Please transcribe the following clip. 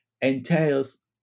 entails